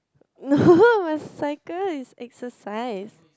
no my cycle is exercise